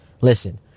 Listen